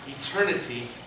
eternity